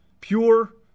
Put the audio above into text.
pure